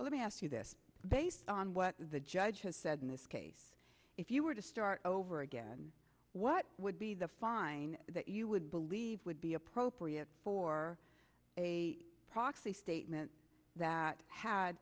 effect let me ask you this based on what the judge has said in this case if you were to start over again what would be the fine that you would believe would be appropriate for a proxy statement that had